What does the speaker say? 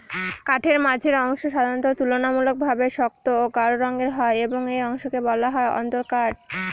কাঠের মাঝের অংশ সাধারণত তুলনামূলকভাবে শক্ত ও গাঢ় রঙের হয় এবং এই অংশকে বলা হয় অন্তরকাঠ